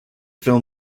film